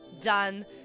Done